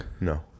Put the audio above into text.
no